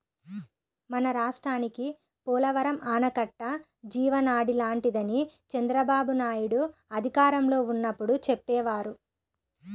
మన రాష్ట్రానికి పోలవరం ఆనకట్ట జీవనాడి లాంటిదని చంద్రబాబునాయుడు అధికారంలో ఉన్నప్పుడు చెప్పేవారు